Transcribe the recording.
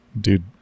Dude